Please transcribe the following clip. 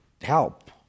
help